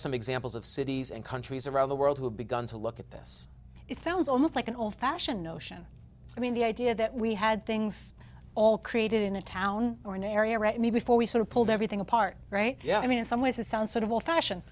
some examples of cities and countries around the world who have begun to look at this it sounds almost like an old fashioned notion i mean the idea that we had things all created in a town or an area right now before we sort of pulled everything apart right yeah i mean in some ways it sounds sort of old fashioned